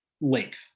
length